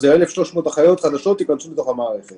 אז 1,300 אחיות חדשות ייכנסו למערכת.